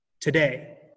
Today